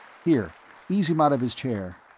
here ease him out of his chair.